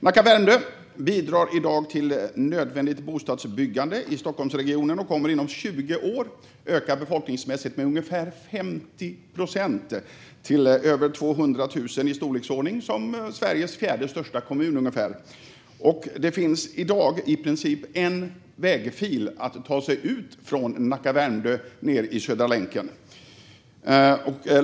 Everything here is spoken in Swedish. Nacka och Värmdö bidrar i dag till nödvändigt bostadsbyggande i Stockholmsregionen och kommer inom 20 år att öka befolkningsmässigt med ungefär 50 procent till över 200 000 och bli ungefär Sveriges fjärde största kommun. Det finns i dag i princip en vägfil för dem som ska ta sig ut från Nacka och Värmdö ned i Södra länken.